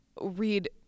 read